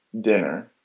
dinner